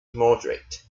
moderate